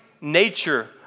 nature